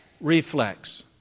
reflex